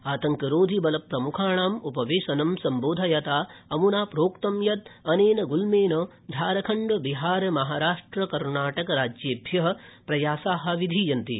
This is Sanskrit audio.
आतङ्करोधिबल प्रम्खाणाम् उपवेशनं सम्बोधयता प्रोक्तं यत् अनेन गुल्मेन झारखण्ड बिहार महाराष्ट् कर्णाटक राज्येभ्य प्रयासा विधीयन्ते